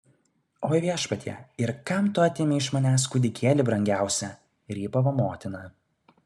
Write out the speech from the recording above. oi viešpatie ir kam tu atėmei iš manęs kūdikėlį brangiausią rypavo motina